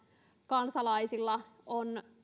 kansalaisilla on